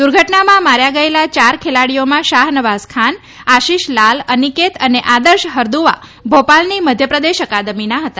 દુર્ઘટનામાં માર્થા ગયેલા યાર ખેલાડીઓમાં શાહનવાઝ ખાન આશિષ લાલ અનિકેત અને આદર્શ હરદુઆ ભોપાલની મધ્યપ્રદેશ અકાદમીના હતા